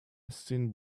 thin